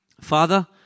Father